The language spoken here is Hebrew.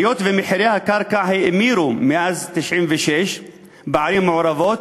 היות שמחירי הקרקע האמירו מאז 1996 בערים המעורבות,